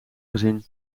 gezien